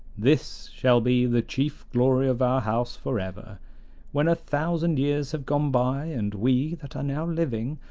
this shall be the chief glory of our house for ever when a thousand years have gone by, and we that are now living,